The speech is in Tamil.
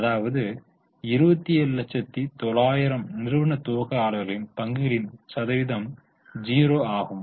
அதாவது 2790000 நிறுவன துவக்காளர்களின் பங்கின் சதவீதம் 0 ஆகும்